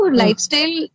lifestyle